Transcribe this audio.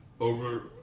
over